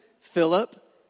Philip